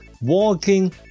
walking